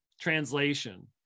translation